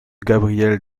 gabriel